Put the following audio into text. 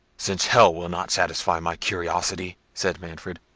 since hell will not satisfy my curiosity, said manfred,